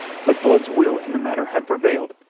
but blood's will in the matter had prevailed.